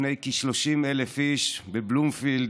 לפני כ-30,000 איש בבלומפילד,